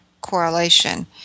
correlation